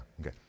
okay